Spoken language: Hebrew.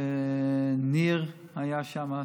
ניר היה שם,